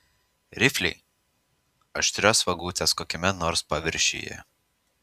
rifliai aštrios vagutės kokiame nors paviršiuje